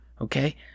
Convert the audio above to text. okay